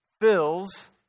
fills